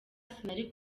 sinari